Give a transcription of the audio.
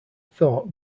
thought